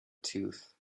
tooth